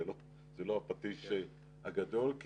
זה לא הפטיש הגדול,